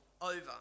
over